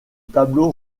tableau